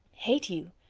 hate you!